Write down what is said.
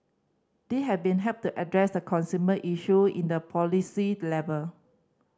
they have been helped the address the consumer issue in the policy level